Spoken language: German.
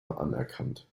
anerkannt